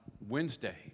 Wednesday